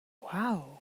uau